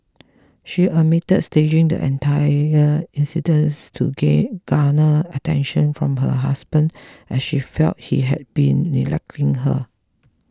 she admitted staging the entire incidents to gay garner attention from her husband as she felt he had been neglecting her